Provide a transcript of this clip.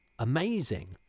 Amazing